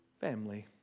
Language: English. family